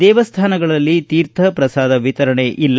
ದೇವಸ್ಥಾನಗಳಲ್ಲಿ ತೀರ್ಥ ಪ್ರಸಾದ ವಿತರಣೆ ಇಲ್ಲ